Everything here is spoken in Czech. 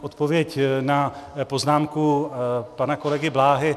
Odpověď na poznámku pana kolegy Bláhy.